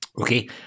Okay